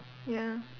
ya